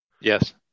Yes